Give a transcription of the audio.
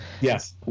Yes